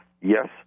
Yes